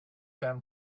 them